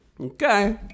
Okay